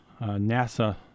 NASA